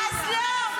אז לא.